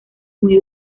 muy